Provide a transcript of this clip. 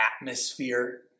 atmosphere